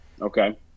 Okay